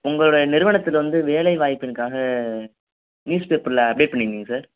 உங்களோட நிறுவனத்தில் வந்து வேலைவாய்ப்பின்க்காக நியூஸ்பேப்பர்ல அப்டேட் பண்ணிருந்திங்க சார்